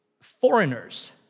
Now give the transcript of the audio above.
Foreigners